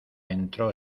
entró